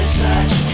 touch